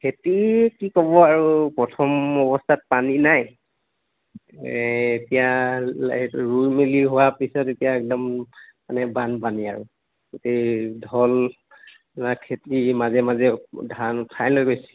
খেতি কি ক'ব আৰু প্ৰথম অৱস্থাত পানী নাই এতিয়া ৰুই মেলি হোৱা পিছত এতিয়া একদম মানে বানপানী আৰু গোটেই ধল খেতি মাজে মাজে ধান উঠাই লৈ গৈছে